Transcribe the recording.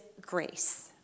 Grace